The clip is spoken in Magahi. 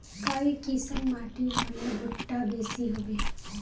काई किसम माटी होले भुट्टा बेसी होबे?